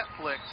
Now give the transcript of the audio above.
Netflix